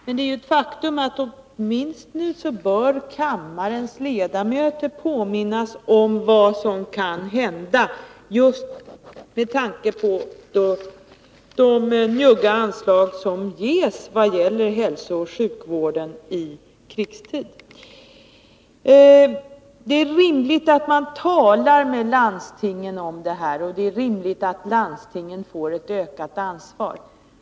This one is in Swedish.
Men man bör åtminstone påminna kammarens ledamöter om vad som kan hända just med tanke på de njugga anslag som ges vad gäller hälsooch sjukvården i krigstid. Det är rimligt att man talar med landstingen om detta, och det är rimligt att landstingen får ett ökat ansvar.